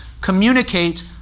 communicate